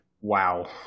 Wow